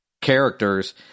characters